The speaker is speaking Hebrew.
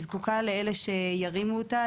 היא זקוקה לאלה שירימו אותה,